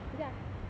ya